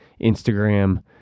Instagram